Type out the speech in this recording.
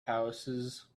houses